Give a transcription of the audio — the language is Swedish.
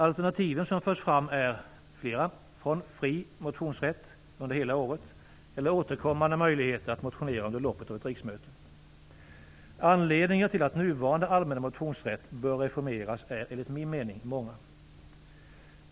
Alternativen som förs fram är flera: fri motionsrätt under hela året eller återkommande möjligheter att motionera under loppet av ett riksmöte. Anledningarna till att nuvarande allmänna motionsrätt bör reformeras är enligt min mening många.